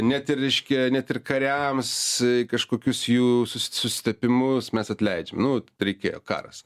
net ir reiškia net ir kariams kažkokius jų susitepimus mes atleidžiame nu reikėjo karas